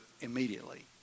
immediately